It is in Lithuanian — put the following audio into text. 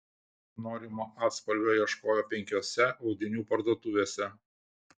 norimo atspalvio ieškojo penkiose audinių parduotuvėse